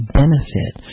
benefit